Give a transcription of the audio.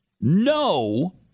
No